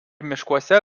miškuose